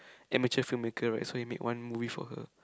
amateur film maker right so he made one movie for her